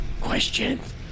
questions